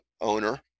owner